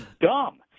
dumb